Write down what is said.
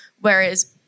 Whereas